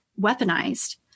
weaponized